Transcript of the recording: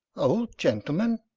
old gentleman!